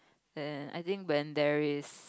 and I think when there is